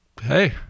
hey